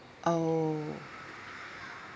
oh